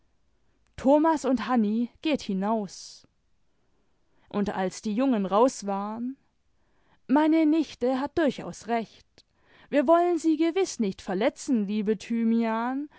thomas und hanni geht hinaus und als die jungen raus waren meine nichte hat durchaus recht wir wollen sie gewiß nicht verletzen liebe thymian